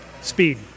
Speed